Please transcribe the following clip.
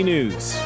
News